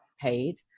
paid